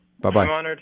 bye-bye